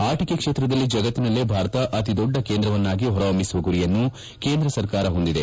ಆಟಕೆ ಕ್ಷೇತ್ರದಲ್ಲಿ ಜಗತ್ತಿನಲ್ಲೇ ಭಾರತ ಅತಿ ದೊಡ್ಡ ಕೇಂದ್ರವನ್ನಾಗಿ ಹೊರಹೊಮ್ಮಿಸುವ ಗುರಿಯನ್ನು ಕೇಂದ್ರ ಸರ್ಕಾರ ಹೊಂದಿದೆ